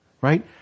right